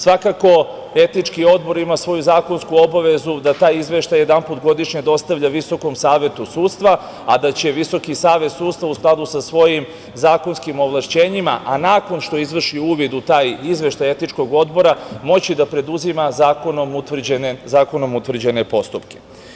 Svakako etički odbor ima svoju zakonsku obavezu da taj izvešta jedanput godišnje dostavlja Visokom savetu sudstva, a da će Visoki savet sudstva u skladu sa svojim zakonskim ovlašćenjima, a nakon što izvrši uvid u taj izveštaj etičkog odbora moći da preduzima zakonom utvrđene postupke.